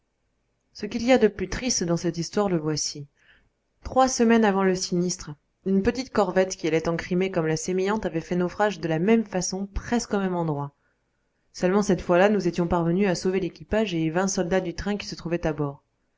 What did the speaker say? ce qu'il y a de plus triste dans cette histoire le voici trois semaines avant le sinistre une petite corvette qui allait en crimée comme la sémillante avait fait naufrage de la même façon presque au même endroit seulement cette fois-là nous étions parvenus à sauver l'équipage et vingt soldats du train qui se trouvaient à bord